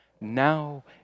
Now